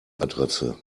adresse